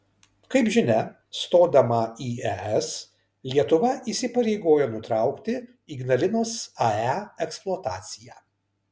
kaip žinia stodama į es lietuva įsipareigojo nutraukti ignalinos ae eksploataciją